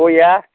गया